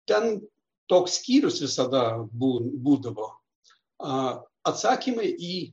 ten toks skyrius visada buv būdavo atsakymai į